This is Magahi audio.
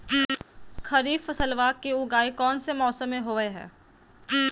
खरीफ फसलवा के उगाई कौन से मौसमा मे होवय है?